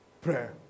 prayer